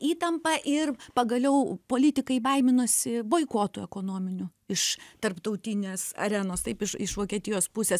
įtampa ir pagaliau politikai baiminosi boikoto ekonominio iš tarptautinės arenos taip iš iš vokietijos pusės